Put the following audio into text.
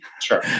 sure